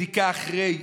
בדיקה אחרי,